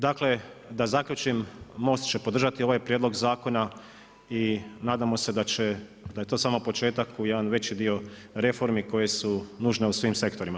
Dakle, da zaključim, MOST će podržati ovaj prijedlog zakona, i nadamo se da će, da je to samo početak u jedan već dio reformi koji su nužne u svim sektorima.